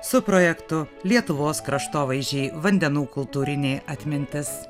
su projektu lietuvos kraštovaizdžiai vandenų kultūrinė atmintis